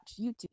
YouTube